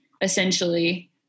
essentially